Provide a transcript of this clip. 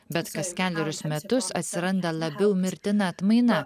bet kas kelerius metus atsiranda labiau mirtina atmaina